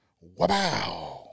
Wow